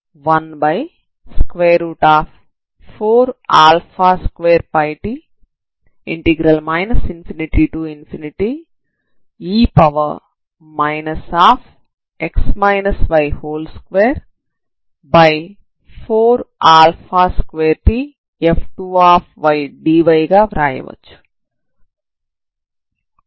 కాబట్టి మనం u2xt14α2πt ∞e 242tf2dy గా వ్రాయవచ్చు